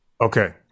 Okay